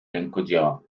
rękodzieła